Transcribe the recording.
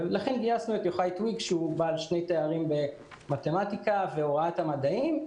לכן גייסנו את יוחאי טויג שהוא בעל שני תארים במתמטיקה והוראת המדעים.